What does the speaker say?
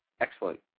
excellent